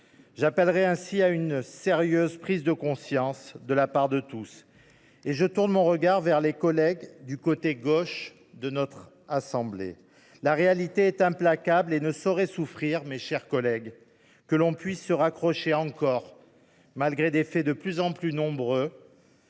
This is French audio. J’appelle à une sérieuse prise de conscience de la part de tous – et je tourne mon regard vers les collègues qui siègent du côté gauche de notre hémicycle. La réalité est implacable et ne saurait souffrir, mes chers collègues, que l’on se raccroche encore, malgré des faits de plus en plus nombreux